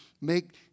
make